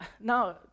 now